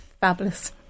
fabulous